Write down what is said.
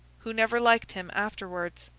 who never liked him afterwards.